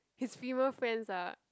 his female friends are